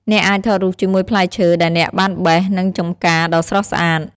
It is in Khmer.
អ្នកអាចថតរូបជាមួយផ្លែឈើដែលអ្នកបានបេះនិងចម្ការដ៏ស្រស់ស្អាត។